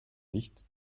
nicht